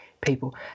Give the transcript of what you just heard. people